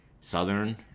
southern